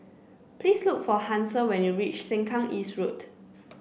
please look for Hansel when you reach Sengkang East Road